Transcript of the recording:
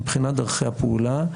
מבחינת דרכי הפעולה,